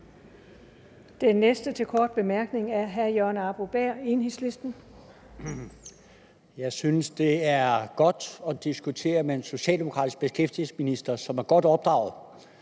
Den næste til korte bemærkninger er hr. Jørgen Arbo-Bæhr, Enhedslisten. Kl. 15:02 Jørgen Arbo-Bæhr (EL): Jeg synes, det er godt at diskutere med en socialdemokratisk beskæftigelsesminister, som er godt opdraget.